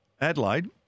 Adelaide